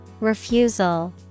Refusal